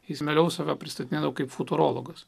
jis mieliau save pristatydavo kaip futurologas